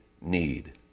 need